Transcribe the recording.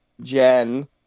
Jen